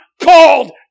called